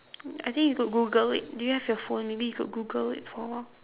I think you could google it do you have your phone maybe you could google it for